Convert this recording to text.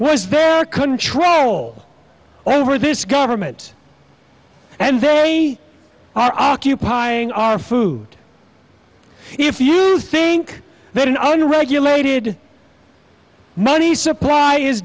was their control over this government and they are occupying our food if you think that in only regulated money supply is